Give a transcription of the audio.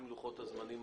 אני חושב שיש